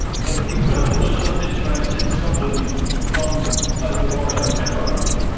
there's been relatively little interest in scotland from south of the border ever really. i